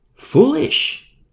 Foolish